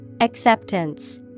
Acceptance